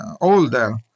older